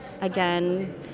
again